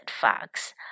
Fox